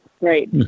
Right